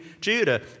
Judah